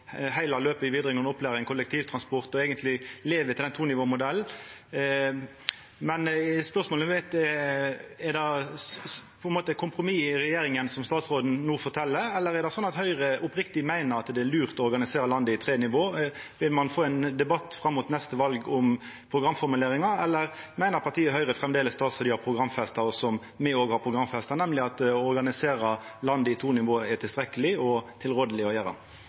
heile løpet i vidaregåande opplæring, kollektivtransporten og eigentleg levd etter tonivåmodellen. Spørsmålet mitt er om det eigentleg er kompromisset i regjeringa, som statsråden no fortel om, eller om det er slik at Høgre oppriktig meiner det er lurt å organisera landet i tre nivå. Vil ein få ein debatt fram mot neste val om programformuleringar, eller meiner partiet Høgre framleis det ein har programfesta, og som me òg har programfesta, nemleg at å organisera landet i to nivå er tilstrekkeleg og rådeleg å gjera?